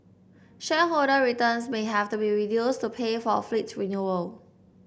shareholder returns may have to be reduced to pay for a fleet renewal